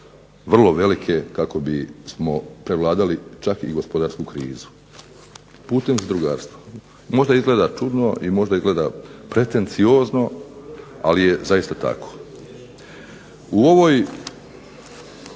vrlo velike kako bismo prevladali čak i gospodarsku krizu putem zadrugarstva. Možda izgleda čudno i možda izgleda pretenciozno ali je zaista tako. U toj